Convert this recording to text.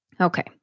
Okay